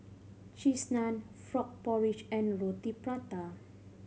Cheese Naan frog porridge and Roti Prata